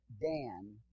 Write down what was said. Dan